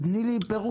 תני לי פירוש.